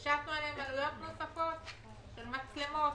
עלויות נוספות של מצלמות.